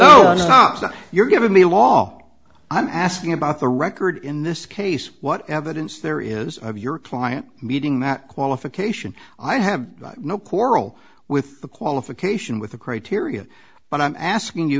and you're giving me a long i'm asking about the record in this case what evidence there is of your client meeting that qualification i have no quarrel with the qualification with the criteria but i'm asking you